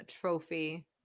trophy